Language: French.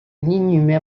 ligne